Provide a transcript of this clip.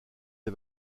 des